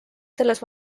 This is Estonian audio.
selles